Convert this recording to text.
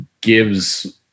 gives